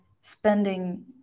spending